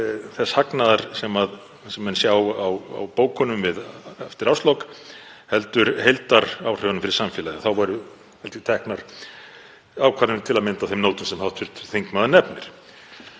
þess hagnaðar sem menn sjá á bókunum eftir árslok heldur heildaráhrifa fyrir samfélagið. Þá væru teknar ákvarðanir til að mynda á þeim nótum sem hv. þingmaður nefnir.